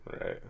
Right